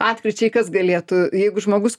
atkryčiai kas galėtų jeigu žmogus